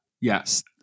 yes